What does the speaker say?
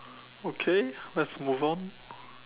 okay let's move on